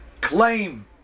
claim